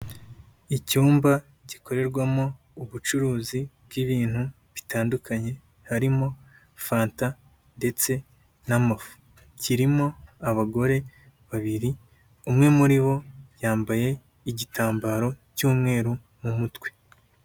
Icyumba gikorerwamo ubucuruzi bw'ibintu bitandukanye, harimo fanta ndetse n'amafu, kirimo abagore babiri, umwe muri bo yambaye igitambaro cy'umweru mu mutwe.